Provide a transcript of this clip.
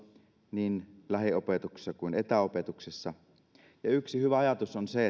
niin lähiopetuksessa kuin etäopetuksessa ja yksi hyvä ajatus on se